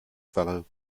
fellow